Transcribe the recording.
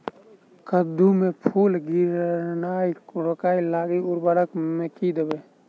कद्दू मे फूल गिरनाय रोकय लागि उर्वरक मे की देबै?